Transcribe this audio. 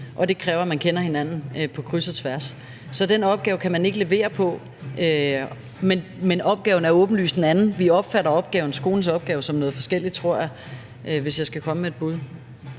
Og det kræver, at man kender hinanden på kryds og tværs, så den opgave kan man ikke levere på. Men opgaven er åbenlyst en anden. Vi opfatter skolens opgave som noget forskelligt, tror jeg, hvis jeg skal komme med et bud.